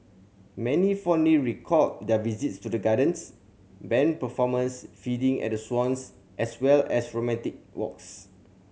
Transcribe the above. many fondly recalled their visit to the gardens band performances feeding at the swans as well as romantic walks